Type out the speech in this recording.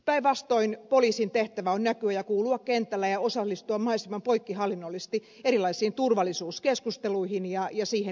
päinvastoin poliisin tehtävä on näkyä ja kuulua kentällä ja osallistua mahdollisimman poikkihallinnollisesti erilaisiin turvallisuuskeskusteluihin ja niihin liittyvään viranomaistoimintaan